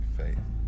faith